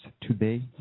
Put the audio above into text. today